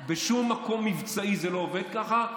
בשום מקום מבצעי זה לא עובד ככה,